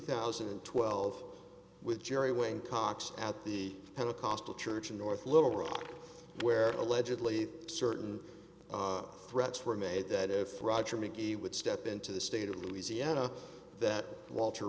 thousand and twelve with gerry wayne cox at the head of costal church in north little rock where allegedly certain threats were made that if roger mcgee would step into the state of louisiana that walter